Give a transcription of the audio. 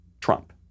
Trump